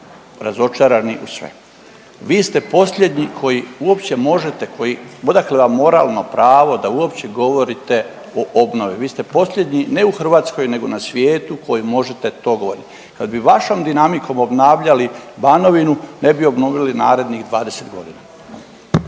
razočarani u sve. Vi ste posljednji koji uopće možete, odakle vam moralno pravo da uopće govorite o obnovi. Vi ste posljednji ne u Hrvatskoj nego na svijetu koji možete to govoriti. Kad bi vašom dinamikom obnavljali Banovinu ne bi obnovili narednih 20 godina.